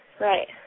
right